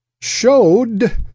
showed